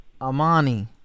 Amani